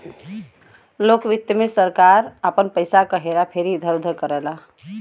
लोक वित्त से सरकार आपन पइसा क हेरा फेरी इधर उधर करला